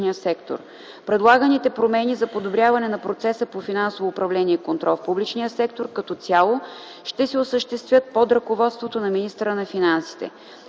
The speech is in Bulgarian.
Предлаганите промени за подобряване на процеса по финансовото управление и контрол в публичния сектор като цяло ще се осъществят под ръководството на министъра на финансите.